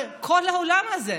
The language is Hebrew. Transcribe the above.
כל העולם הזה.